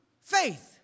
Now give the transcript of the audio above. faith